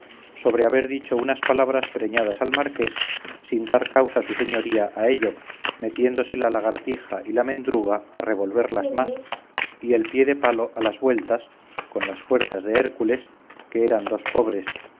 sobre haber dicho unas palabras preñadas al marqués sin dar causa su señoría a ello metiéndose la lagartija y la mendruga a revolverlas más y el piedepalo a las vueltas con las fuerzas de hércules que eran dos pobres